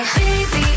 baby